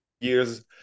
years